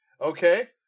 Okay